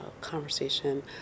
conversation